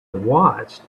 watched